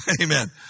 Amen